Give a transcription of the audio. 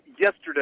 yesterday